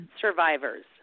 Survivors